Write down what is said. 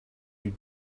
you